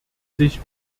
sich